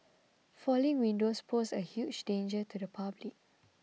falling windows pose a huge danger to the public